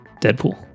Deadpool